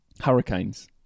Hurricanes